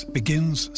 begins